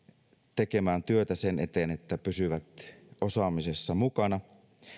tekemään työtä sen eteen että pysyvät osaamisessa mukana